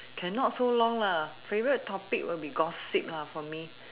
cannot so long lah favourite topic will be gossip lah for me